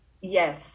Yes